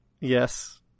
Yes